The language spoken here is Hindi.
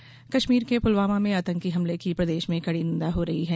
हमला निंदा कश्मीर के पुलवामा में आतंकी हमले की प्रदेश में कड़ी निंदा हो रही है